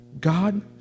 God